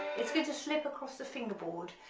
it's going to slip across the fingerboard,